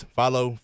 follow